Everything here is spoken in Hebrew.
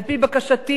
על-פי בקשתי,